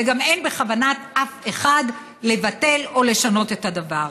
וגם אין בכוונת אף אחד לבטל או לשנות את הדבר.